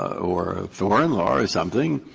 or a foreign law or something,